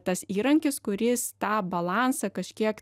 tas įrankis kuris tą balansą kažkiek